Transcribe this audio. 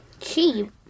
Cheap